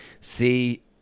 See